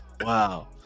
wow